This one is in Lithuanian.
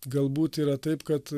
galbūt yra taip kad